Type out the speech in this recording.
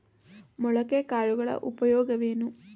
ಮೊಳಕೆ ಕಾಳುಗಳ ಉಪಯೋಗವೇನು?